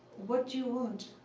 what do you want?